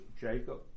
Jacob